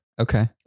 Okay